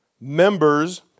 members